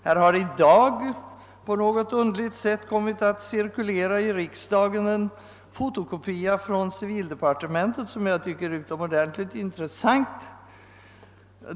Här har i dag på något sätt kommit att cirkulera i riksdagen en fotokopia av en handling från civildepartementet, som jag tycker är utomordentligt intressant.